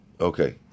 okay